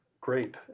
great